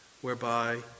whereby